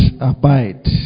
abide